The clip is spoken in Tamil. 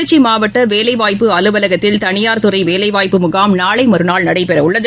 திருச்சிமாவட்டவேலைவாய்ப்பு அலுவலகத்தில் தனியார் துறைவேலைவாய்ப்பு முகாம் நாளைமறுநாள் நடைபெறவுள்ளது